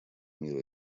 мира